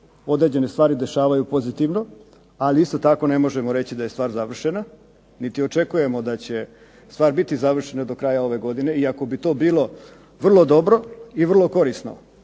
određene stvari dešavaju pozitivno, ali isto tako ne možemo reći da je stvar završena, niti očekujemo da će stvar biti završena do kraja ove godine, iako bi to bilo vrlo dobro i vrlo korisno,